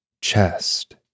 chest